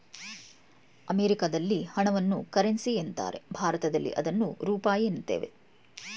ಅಮೆರಿಕದಲ್ಲಿ ಹಣವನ್ನು ಕರೆನ್ಸಿ ಎನ್ನುತ್ತಾರೆ ಭಾರತದಲ್ಲಿ ಅದನ್ನು ರೂಪಾಯಿ ಎನ್ನುತ್ತೇವೆ